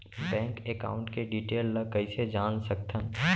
Bank account के detail ल कइसे जान सकथन?